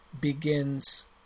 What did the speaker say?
begins